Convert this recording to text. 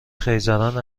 خیزران